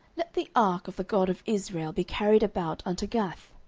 let the ark of the god of israel be carried about unto gath.